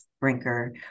Brinker